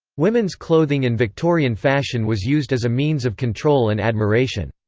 women's clothing in victorian fashion was used as a means of control and admiration.